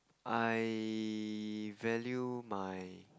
I value my